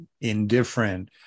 indifferent